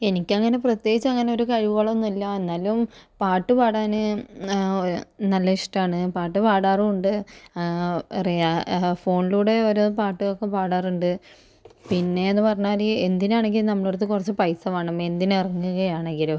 എനിക്കങ്ങനെ പ്രത്യേകിച്ച് അങ്ങനെ ഒരു കഴിവുകളൊന്നുമില്ല എന്നാലും പാട്ടുപാടാന് നല്ല ഇഷ്ടമാണ് പാട്ടുപാടാറുമുണ്ട് ഫോണിലൂടെ ഓരോ പാട്ടും ഒക്കെ പാടാറുണ്ട് പിന്നെ എന്ന് പറഞ്ഞാല് എന്തിനാണെങ്കിലും നമ്മുടെ അടുത്ത് കുറച്ചു പൈസ വേണം എന്തിന് ഇറങ്ങുകയാണെങ്കിലും